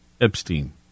Epstein